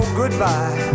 goodbye